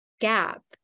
gap